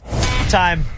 time